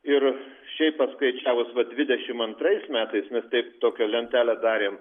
ir šiaip paskaičiavus va dvidešimt antrais metais mes taip tokią lentelę darėm